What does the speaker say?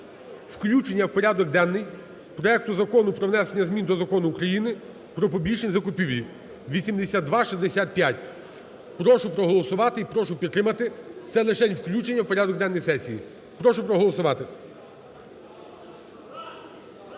включення в порядок денний проекту Закону про внесення змін до Закону України "Про публічні закупівлі" (8265). Прошу проголосувати і прошу підтримати, це лишень включення в порядок денний сесії. Прошу проголосувати.